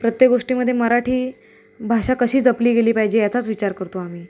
प्रत्येक गोष्टीमध्ये मराठी भाषा कशी जपली गेली पाहिजे याचाच विचार करतो आम्ही